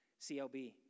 CLB